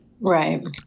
Right